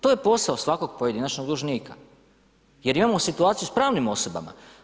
To je posao svakog pojedinačnog dužnika jer imamo situaciju s pravnim osobama.